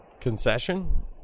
Concession